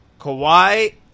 Kawhi